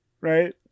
Right